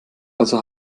also